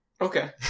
Okay